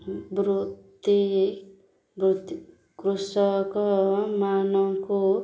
ବୃତ୍ତି ବୃତ୍ତି କୃଷକମାନଙ୍କୁ